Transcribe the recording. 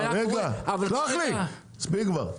מספיק כבר.